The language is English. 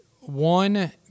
one